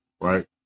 right